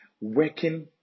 working